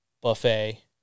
buffet